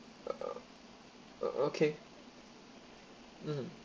uh okay mm